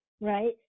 right